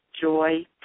joy